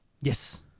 Yes